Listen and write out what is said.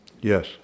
Yes